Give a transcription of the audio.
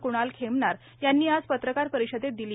कृणाल खेमनार आज यांनी पत्रकार परिषदेत दिली